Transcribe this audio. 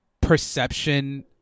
perception